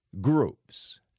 groups